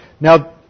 Now